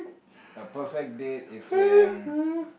a perfect date is when